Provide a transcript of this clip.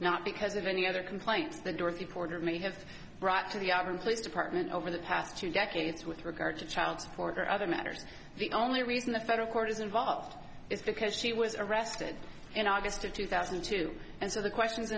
not because of any other complaints that dorothy porter may have brought to the auburn police department over the past two decades with regard to child support or other matters the only reason the federal court is involved is because she was arrested in august of two thousand and two and so the questions